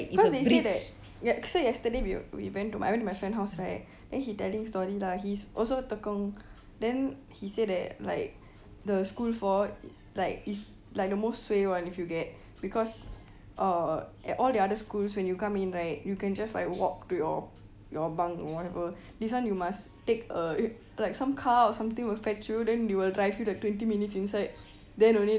cause they say that ya so yesterday we were we went to I went to my friend house right then he telling story lah he's also tekong then he say that like the school four like is like the most suay [one] if you get because uh at all the other schools when you come in right you can just like walk to your your bunk or whatever this one you must take a like some car or something will fetch you then they will drive you there twenty minutes inside then only